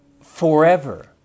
forever